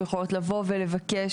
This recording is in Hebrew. שיכולות לבוא ולבקש,